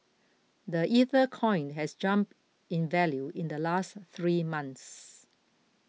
the Ether coin has jumped in value in the last three months